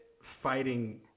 fighting